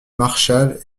marchal